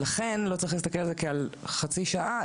לכן לא צריך להסתכל על זה כחצי שעה,